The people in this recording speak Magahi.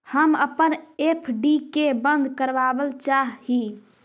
हम अपन एफ.डी के बंद करावल चाह ही